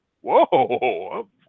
whoa